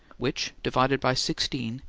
which, divided by sixteen,